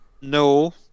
no